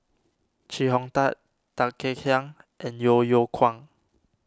Chee Hong Tat Tan Kek Hiang and Yeo Yeow Kwang